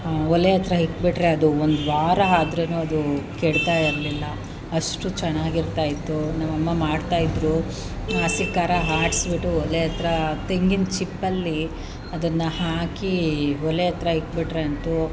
ಒಲೆ ಹತ್ತಿರ ಇಟ್ಬಿಟ್ರೆ ಅದು ಒಂದು ವಾರ ಆದ್ರೂ ಅದು ಕೆಡ್ತಾಯಿರಲಿಲ್ಲ ಅಷ್ಟು ಚೆನ್ನಾಗಿರ್ತಾಯಿತ್ತು ನಮ್ಮಮ್ಮ ಮಾಡ್ತಾಯಿದ್ದರು ಹಸಿಖಾರ ಆಡಿಸ್ಬಿಟ್ಟು ಒಲೆ ಹತ್ತಿರ ತೆಂಗಿನ ಚಿಪ್ಪಲ್ಲಿ ಅದನ್ನು ಹಾಕಿ ಒಲೆ ಹತ್ತಿರ ಇಟ್ಬಿಟ್ರೆ ಅಂತೂ